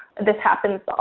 this happens.